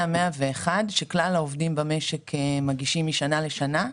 ה-101 שכלל העובדים במשק מגישים משנה לשנה?